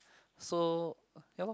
so ya lor